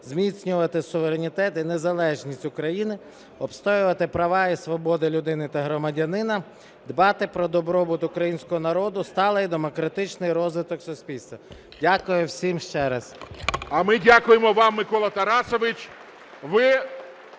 зміцнювати суверенітет і незалежність України, обстоювати права і свободи людини та громадянина, дбати про добробут Українського народу, сталий і демократичний розвиток суспільства. Дякую всім ще раз.